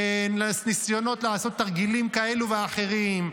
בניסיונות לעשות תרגילים כאלה ואחרים,